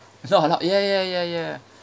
so ya ya ya ya